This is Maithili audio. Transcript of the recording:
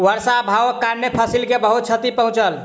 वर्षा अभावक कारणेँ फसिल के बहुत क्षति पहुँचल